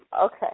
Okay